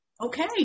Okay